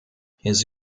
his